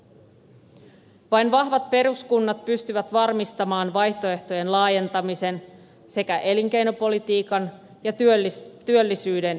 vain vahvat peruskunnat pystyvät varmistamaan vaihtoehtojen laajentamisen sekä elinkeinopolitiikan ja työllisyyden edistämisen